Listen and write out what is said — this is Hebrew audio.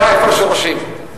זה לא עבר בוועדת כספים.